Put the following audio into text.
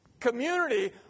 community